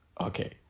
okay